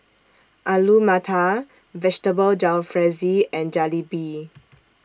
Alu Matar Vegetable Jalfrezi and Jalebi